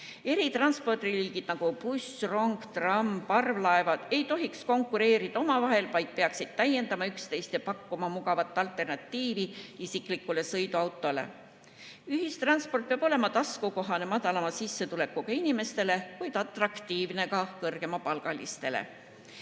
Eri transpordiliigid, nagu buss, rong, tramm ja parvlaevad, ei tohiks omavahel konkureerida, vaid peaksid üksteist täiendama ja pakkuma mugavat alternatiivi isiklikule sõiduautole. Ühistransport peab olema taskukohane madalama sissetulekuga inimestele, kuid atraktiivne ka kõrgemapalgalistele.